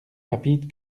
rapide